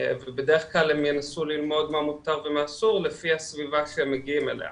ובדרך כלל הם ינסו ללמוד מה מותר ומה אסור לפי הסביבה שהם מגיעים אליה